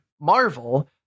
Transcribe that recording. Marvel